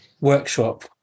workshop